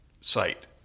site